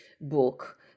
book